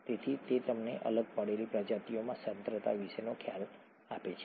તેથી તે તમને અલગ પડેલી પ્રજાતિઓની સાંદ્રતા વિશેનો ખ્યાલ આપે છે